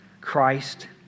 Christ